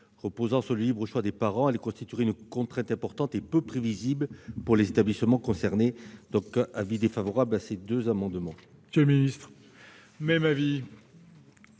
reposant sur le libre choix des parents, elle constituerait une contrainte importante et peu prévisible pour les établissements concernés. Avis défavorable sur ces deux amendements. Quel est l'avis